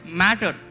matter